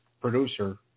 producer